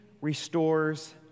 restores